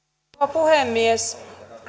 puhemies